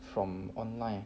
from online